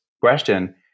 question